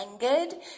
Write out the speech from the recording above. angered